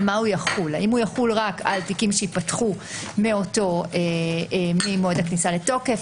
האם יחול רק על תיקים שייפתחו ממועד הכניסה לתוקף,